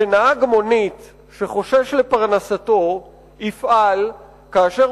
שנהג מונית שחושש לפרנסתו יפעל כאשר